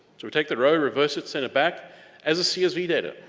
so we take the row, reverse it, send it back as a csv data.